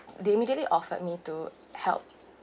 they immediately offered me to help